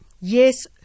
Yes